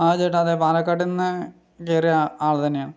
ആ ചേട്ടാ അതെ പാലക്കാട്ടിൽനിന്ന് കയറിയ ആളു തന്നെയാണ്